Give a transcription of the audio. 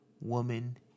woman